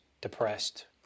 depressed